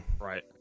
right